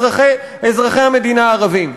אזרחי המדינה הערבים.